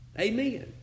Amen